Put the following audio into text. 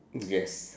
yes